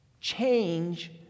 change